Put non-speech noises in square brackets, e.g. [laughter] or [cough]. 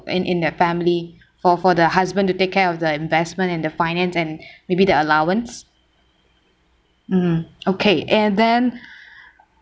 in in their family for for the husband to take care of the investment and the finance and maybe the allowance mm okay and then [breath]